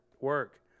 work